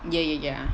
ya ya ya